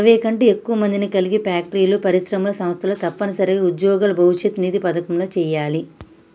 ఇరవై కంటే ఎక్కువ మందిని కలిగి ఫ్యాక్టరీలు పరిశ్రమలు సంస్థలు తప్పనిసరిగా ఉద్యోగుల భవిష్యత్ నిధి పథకంలో చేయాలి